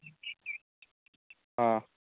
ꯑꯥ